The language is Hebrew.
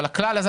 אבל הכלל הזה,